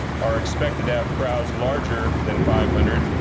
are expected to have crowds larger than five hundred.